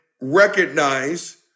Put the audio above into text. recognize